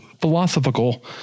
philosophical